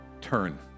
Turn